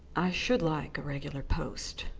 i should like a regular post,